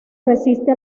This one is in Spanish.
resiste